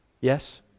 yes